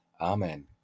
Amen